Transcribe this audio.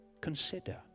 Consider